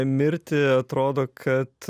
mirtį atrodo kad